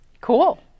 Cool